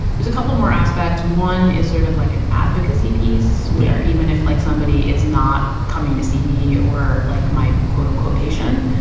there's a couple more aspects. one is sort of like an advocacy piece where even if like somebody is not coming to see me or like my quote unquote patient,